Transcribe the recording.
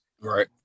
right